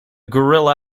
gorilla